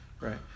right